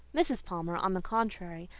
mrs. palmer, on the contrary,